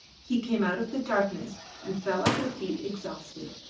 he came out of the darkness and fell at her feet exhausted.